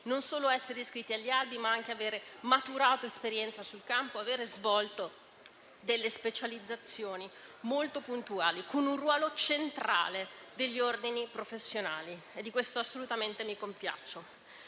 non solo essere scritti agli albi, ma anche avere maturato esperienza sul campo, avere svolto delle specializzazioni molto puntuali, con un ruolo centrale degli ordini professionali. Di questo assolutamente mi compiaccio.